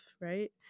right